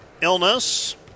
illness